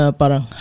parang